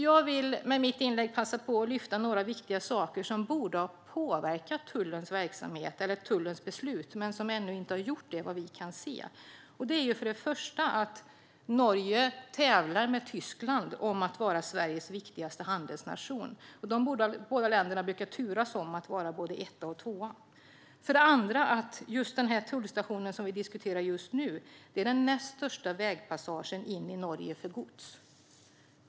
Jag vill med mitt inlägg passa på att lyfta fram några viktiga saker som borde ha påverkat tullens beslut, men som - vad vi kan se - inte har gjort det ännu. För det första tävlar Norge med Tyskland om att vara Sveriges viktigaste handelspartner. De brukar turas om att vara etta och tvåa. För det andra är just den tullstation som vi nu diskuterar den näst största vägpassagen för gods in i Norge.